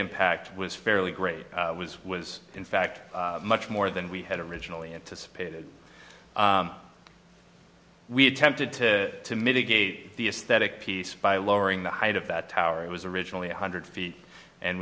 impact was fairly great was was in fact much more than we had originally anticipated we attempted to to mitigate the aesthetic piece by lowering the height of that tower it was originally a hundred feet and